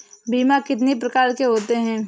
बीमा कितनी प्रकार के होते हैं?